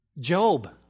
Job